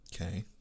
Okay